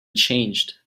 changed